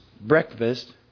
breakfast